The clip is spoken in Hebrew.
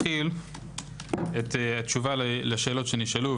אתחיל את התשובה לשאלות שנשאלו,